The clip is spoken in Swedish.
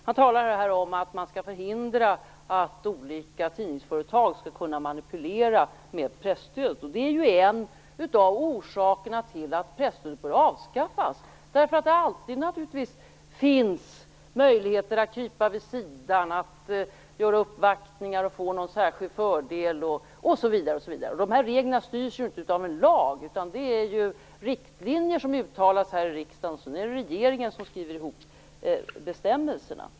Han talar här om att man skall förhindra att olika tidningsföretag skall kunna manipulera med presstöd. En av orsakerna till att presstödet bör avskaffas är att det naturligtvis alltid finns möjligheter att krypa vid sidan, göra uppvaktningar, försöka att få någon särskild fördel osv. Reglerna styrs ju inte av en lag utan av riktlinjer som uttalas här i riksdagen. Sedan är det regeringen som skriver ihop bestämmelserna.